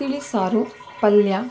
ತಿಳಿಸಾರು ಪಲ್ಯ